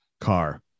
car